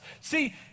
See